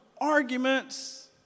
arguments